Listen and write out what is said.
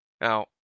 Now